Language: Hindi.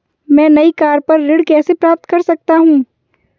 मैं नई कार पर ऋण कैसे प्राप्त कर सकता हूँ?